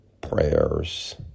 prayers